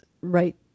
right